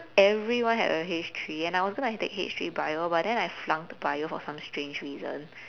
everyone had a H three and I was going to take H three bio but then I flunked bio for some strange reason